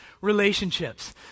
relationships